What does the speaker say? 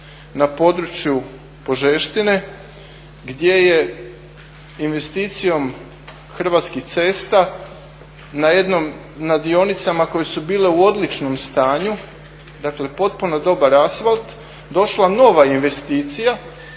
na području Požeštine gdje je investicijom Hrvatskih cesta na dionicama koje su bile u odličnom stanju dakle potpuno dobar asfalt došla nova investicija